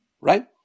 right